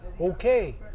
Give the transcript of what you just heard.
Okay